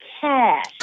cash